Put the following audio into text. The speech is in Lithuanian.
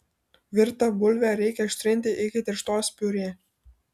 virtą bulvę reikia ištrinti iki tirštos piurė